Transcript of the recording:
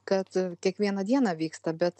kad kiekvieną dieną vyksta bet